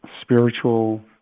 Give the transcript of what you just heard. spiritual